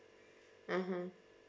mmhmm